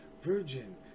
Virgin